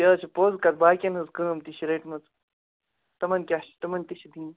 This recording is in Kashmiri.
تہِ حظ چھِ پوٛز کَتھ باقین ہٕنٛز کٲم تہِ چھِ رٔٹمٕژ تِمن کیٛاہ چھِ تِمن تہِ چھِ دِنۍ